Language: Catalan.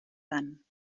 tant